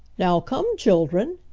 now come, children,